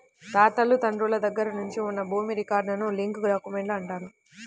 తాతలు తండ్రుల దగ్గర నుంచి ఉన్న భూమి రికార్డులను లింక్ డాక్యుమెంట్లు అంటారు